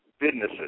businesses